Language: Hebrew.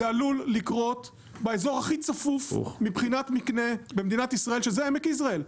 זה עלול לקרות באזור הכי צפוף מבחינת מקנה במדינת ישראל שזה עמק יזרעאל,